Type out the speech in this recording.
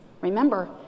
Remember